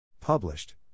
Published